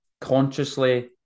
consciously